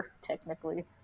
technically